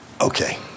okay